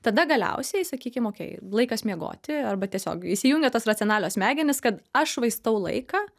tada galiausiai sakykim okėj laikas miegoti arba tiesiog įsijungia tos racionalios smegenys kad aš švaistau laiką